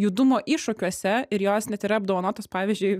judumo iššūkiuose ir jos net yra apdovanotos pavyzdžiui